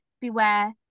beware